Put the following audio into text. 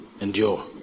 endure